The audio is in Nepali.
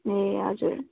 ए हजुर